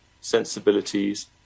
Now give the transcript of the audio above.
sensibilities